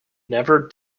never